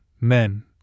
men